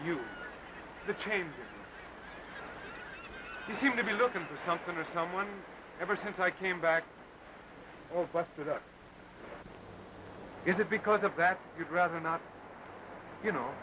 the change you seem to be looking for something or someone ever since i came back or busted up is it because of that you'd rather not you know